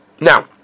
Now